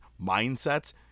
mindsets